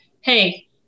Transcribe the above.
Hey